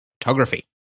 photography